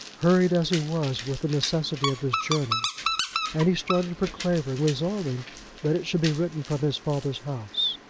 hurried as he was with the necessity of his journey and he started for clavering resolving that it should be written from his father's house.